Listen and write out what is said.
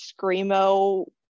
screamo